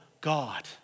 God